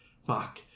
Fuck